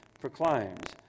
proclaimed